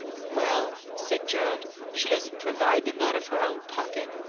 well? said gerald. she doesn't provide them out of her own pocket.